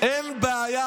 אין בעיה.